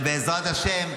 ובעזרת השם,